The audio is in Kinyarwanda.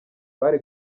bari